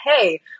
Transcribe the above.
hey